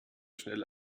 schnell